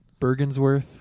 Bergensworth